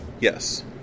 Yes